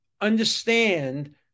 understand